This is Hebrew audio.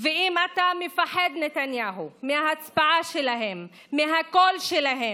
אם אתה מפחד, נתניהו, מההצבעה שלהם, מהקול שלהם,